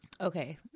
okay